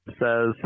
says